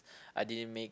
I didn't make